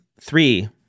Three